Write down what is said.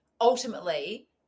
Ultimately